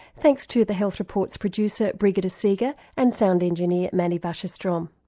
thanks to the health report's producer brigitte seega and sound engineer menny wassershtrom.